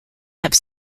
have